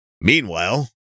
Meanwhile